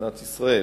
ממדינת ישראל.